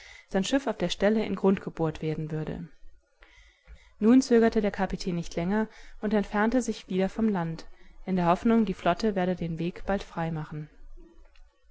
sein schiff auf der stelle in grund gebohrt werden würde nun zögerte der kapitän nicht länger und entfernte sich wieder vom land in der hoffnung die flotte werde den weg bald freimachen